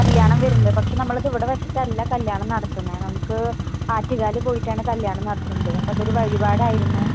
കല്യാണം വരുന്നത് പക്ഷേ നമ്മളത് ഇവിടെ വെച്ചിട്ടല്ല കല്യാണം നടത്തുന്നെ നമുക്ക് ആറ്റുകാൽ പോയിട്ടാണ് കല്യാണം നടത്തുന്നതെ അപ്പം അതൊരു വഴിപാടായിരുന്നു